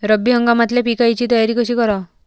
रब्बी हंगामातल्या पिकाइची तयारी कशी कराव?